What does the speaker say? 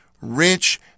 rich